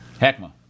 Heckma